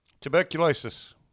Tuberculosis